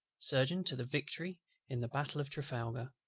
surgeon to the victory in the battle of trafalgar,